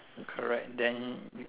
correct then you